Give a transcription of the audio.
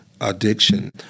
addiction